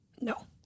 No